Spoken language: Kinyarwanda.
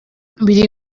biri